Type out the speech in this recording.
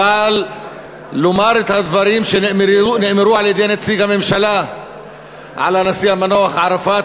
אבל לומר את הדברים שנאמרו על-ידי נציג הממשלה על הנשיא המנוח ערפאת,